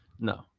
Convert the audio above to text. No